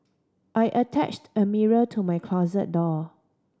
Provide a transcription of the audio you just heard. I attached a mirror to my closet door